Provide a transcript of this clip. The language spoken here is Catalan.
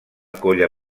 colla